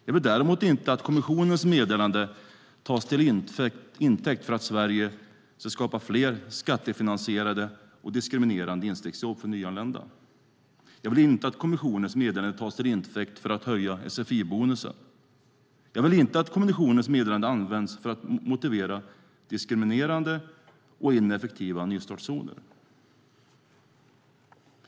Jag vill däremot inte att kommissionens meddelande tas till intäkt för att Sverige ska skapa fler skattefinansierade och diskriminerande instegsjobb för nyanlända. Jag vill inte att kommissionens meddelande tas till intäkt för att höja sfi-bonusen. Jag vill inte att kommissionens meddelande används för att motivera diskriminerande och ineffektiva nystartszoner.